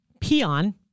Peon